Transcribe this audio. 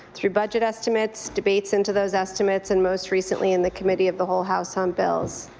through budget estimates, debates into those estimates and most recently in the committee of the whole house on bills.